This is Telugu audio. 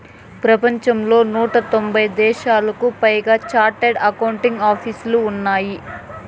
ప్రపంచంలో నూట తొంభై దేశాలకు పైగా చార్టెడ్ అకౌంట్ ఆపీసులు ఉన్నాయి